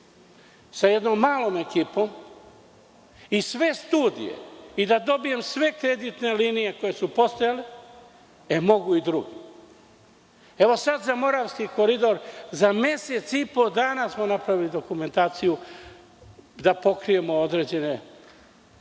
sa jednom malom ekipom, sve studije i da dobijem sve kreditne linije koje su postojale, onda mogu i drugi. Sada za Moravski koridor smo za mesec i po dana napravili dokumentaciju da pokrijemo određene